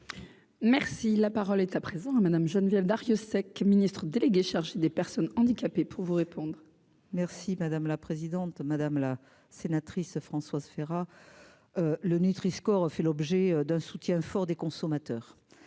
Merci, la parole est à présent à Madame Geneviève Darrieussecq, ministre déléguée chargée des Personnes handicapées pour vous répondre. Merci madame la présidente, madame la sénatrice Françoise Ferrat. Le Nutri score fait l'objet d'un soutien fort des consommateurs